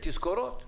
בתזכורות.